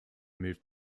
moved